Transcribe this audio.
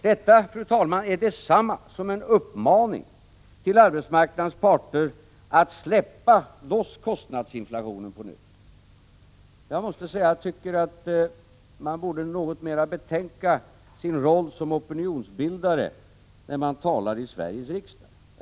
Det är, fru talman, detsamma som en uppmaning till arbetsmarknadens parter att släppa loss kostnadsinflationen på nytt. Jag tycker att man något mera borde betänka sin roll som opinionsbildare när man talar i Sveriges riksdag.